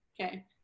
Okay